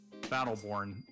Battleborn